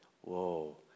whoa